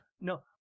no